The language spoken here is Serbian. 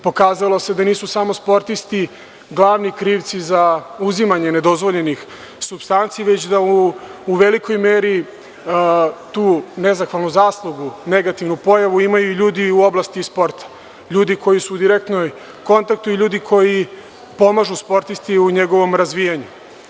Pokazalo se da nisu samo sportisti glavni krivci za uzimanje nedozvoljenih supstanci, već da u velikoj meri tu nezahvalnu zaslugu, negativni ljudi iz oblasti sporta, ljudi koji su u direktnom kontaktu i ljudi koji pomažu sportisti u njegovom razvijanju.